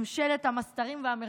ממשלת המסתרים והמחשכים,